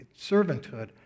servanthood